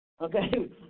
Okay